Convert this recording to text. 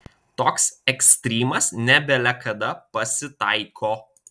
toks ekstrymas ne bele kada pasitaiko